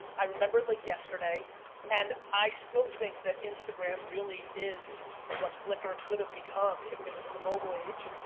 i remember it like yesterday and i still think that instagram really is what flickr could have become if it was in the mobile age.